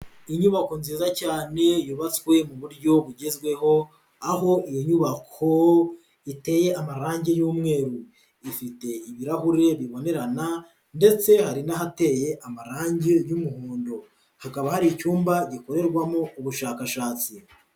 Inyubako nziza cyane yubatswe mu buryo bugezweho, aho iyo nyubako iteye amarange y'umweru. Ifite ibirahure bibonerana ndetse hari n'ahateye amarangi y'umuhondo. Hakaba hari icyumba gikorerwamo ubushakashatsi.